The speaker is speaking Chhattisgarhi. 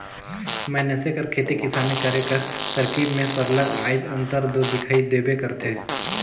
मइनसे कर खेती किसानी करे कर तरकीब में सरलग आएज अंतर दो दिखई देबे करथे